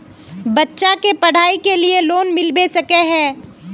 बच्चा के पढाई के लिए लोन मिलबे सके है?